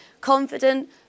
confident